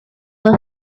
were